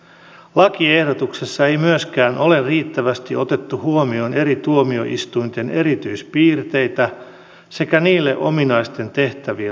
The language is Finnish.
lakiehdotuksessa ei myöskään ole riittävästi otettu huomioon eri tuomioistuinten erityispiirteitä sekä niille ominaisten tehtävien luonnetta